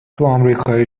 آمریکای